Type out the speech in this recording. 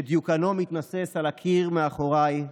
שדיוקנו מתנוסס על הקיר מאחוריי,